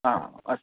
अस्तु